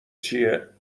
چیه